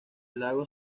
lago